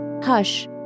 Hush